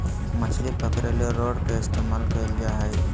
मछली पकरे ले रॉड के इस्तमाल कइल जा हइ